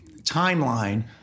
timeline